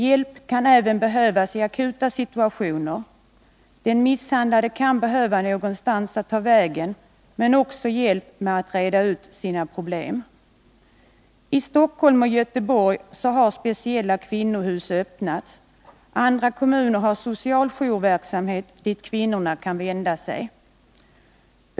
Hjälp kan även behövas i akuta situationer. Den misshandlade kan behöva någonstans att ta vägen, men också hjälp med att reda ut sina problem. I Stockholm och Göteborg har speciella kvinnohus öppnats. Andra kommuner har social jourverksamhet dit kvinnorna kan vända sig.